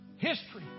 History